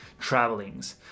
travelings